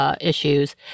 issues